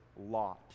lot